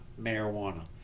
marijuana